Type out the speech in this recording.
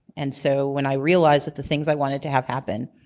and so when i realize that the things i wanted to have happen,